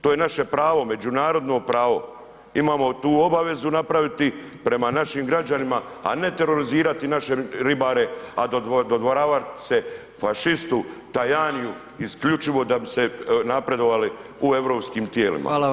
To je naše pravo, međunarodno pravo, imamo tu obavezu napraviti prema našim građanima, a ne terorizirati naše ribare, a dodvoravati se fašistu Tajaniu isključivo da bi se napredovali u europskim tijelima.